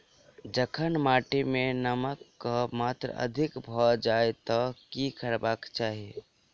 जखन माटि मे नमक कऽ मात्रा अधिक भऽ जाय तऽ की करबाक चाहि?